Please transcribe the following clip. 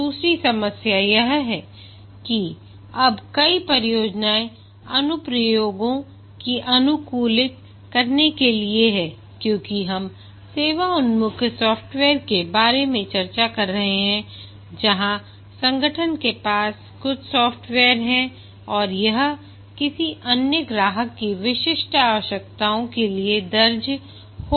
दूसरी समस्या यह है कि अब कई परियोजनाएं अनुप्रयोगों को अनुकूलित करने के लिए हैं क्योंकि हम सेवा उन्मुख सॉफ्टवेयर के बारे में चर्चा कर रहे हैं जहां संगठन के पास कुछ सॉफ़्टवेयर हैं और यह किसी अन्य ग्राहक की विशिष्ट आवश्यकताओं के लिए दर्जी होगा